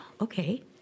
okay